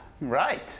right